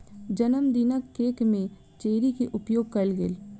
जनमदिनक केक में चेरी के उपयोग कएल गेल